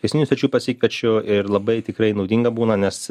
kviestinių svečių pasikviečiu ir labai tikrai naudinga būna nes